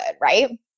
right